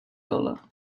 dollar